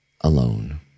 alone